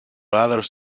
others